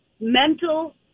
mental